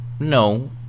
No